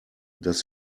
das